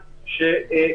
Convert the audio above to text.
כן, תודה.